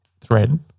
thread